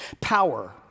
Power